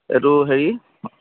এইটো হেৰি